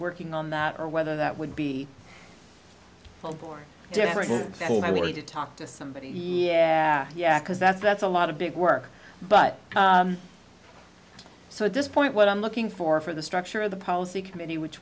working on that or whether that would be wellbore deborah good to talk to somebody yeah yeah because that's that's a lot of big work but so at this point what i'm looking for for the structure of the policy committee which